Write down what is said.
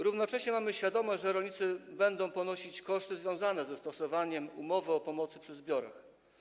Równocześnie mamy świadomość, że rolnicy będą ponosić koszty związane ze stosowaniem umowy o pomocy przy zbiorach.